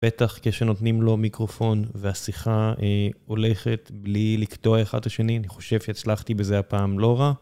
בטח כשנותנים לו מיקרופון והשיחה הולכת בלי לקטוע אחד את השני, אני חושב שהצלחתי בזה הפעם לא רע.